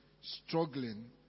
struggling